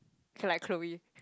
okay like Chloe